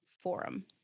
forum